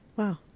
wow.